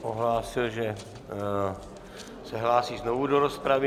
Ohlásil, že se hlásí znovu do rozpravy.